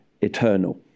eternal